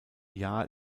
jahr